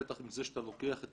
בטח עם זה שאתה לוקח את